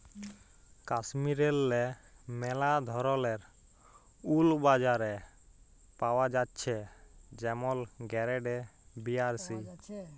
কাশ্মীরেল্লে ম্যালা ধরলের উল বাজারে পাওয়া জ্যাছে যেমল গেরেড এ, বি আর সি